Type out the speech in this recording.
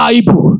ibu